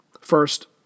First